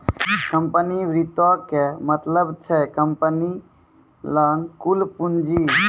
company वित्तो के मतलब छै कम्पनी लगां कुल पूंजी